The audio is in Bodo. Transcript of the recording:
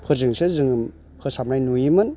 फोरजोंसो जोङो फोसाबनाय नुयोमोन